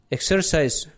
Exercise